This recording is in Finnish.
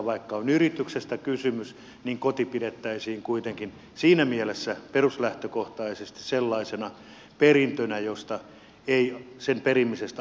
vaikka on yrityksestä kysymys niin koti pidettäisiin kuitenkin siinä mielessä peruslähtökohtaisesti sellaisena perintönä jonka perimisestä ei aiheudu harmia